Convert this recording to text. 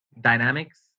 dynamics